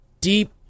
deep